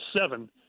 seven